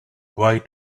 why